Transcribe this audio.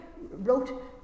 wrote